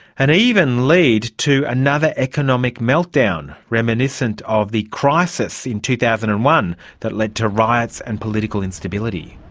and even lead to another economic meltdown, reminiscent of the crisis in two thousand and one that led to riots and political instability.